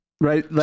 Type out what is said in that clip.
Right